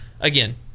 again